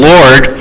Lord